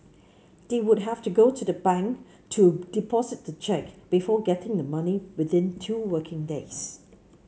they would have to go to a bank to deposit the cheque before getting the money within two working days